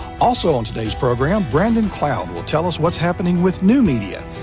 also on today's program, brandon cloud will tell us what's happening with new media,